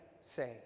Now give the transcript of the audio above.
say